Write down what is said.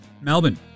Melbourne